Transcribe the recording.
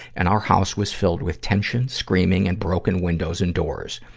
and our house was filled with tension, screaming, and broken windows and doors.